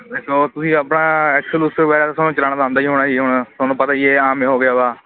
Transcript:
ਸੋ ਤੁਸੀਂ ਆਪਣਾ ਐਕਸਕਲੂਸਿਵ ਚਲਾਣ ਦਾ ਹੁੰਦਾ ਜੀ ਹੁਣ ਤੁਹਾਨੂੰ ਪਤਾ ਹੀ ਆਮ ਹੋ ਗਿਆ ਵਾ